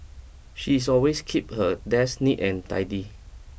she is always keep her desk neat and tidy